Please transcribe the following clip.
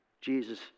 Jesus